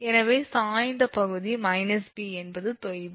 எனவே சாய்ந்த பகுதி b என்பது தொய்வு